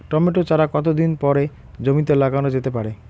Tomato চারা কতো দিন পরে জমিতে লাগানো যেতে পারে?